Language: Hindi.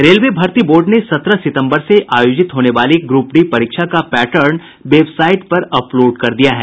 रेलवे भर्ती बोर्ड ने सत्रह सितम्बर से आयोजित होने वाली ग्रुप डी परीक्षा का पैटर्न वेबसाईट पर अपलोड कर दिया है